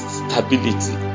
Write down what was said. stability